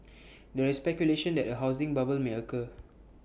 there is speculation that A housing bubble may occur